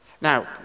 Now